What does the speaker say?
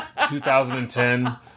2010